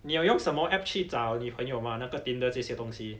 你有用什么 app 去找女朋友吗那个 tinder 这些东西